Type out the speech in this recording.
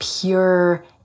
pure